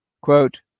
Quote